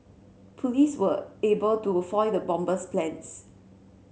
police were able to foil the bomber's plans